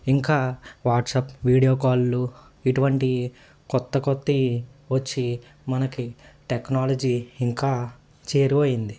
ఇంకా WhatsApp video calls ఇటువంటి కొత్త కొత్త వచ్చి మనకి టెక్నాలజీ ఇంకా చేరువయింది